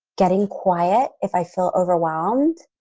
getting quiet, if i feel overwhelmed.